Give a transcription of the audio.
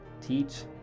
teach